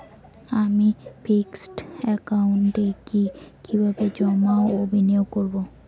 আমি ফিক্সড একাউন্টে কি কিভাবে জমা ও বিনিয়োগ করব?